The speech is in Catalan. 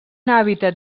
hàbitat